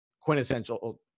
quintessential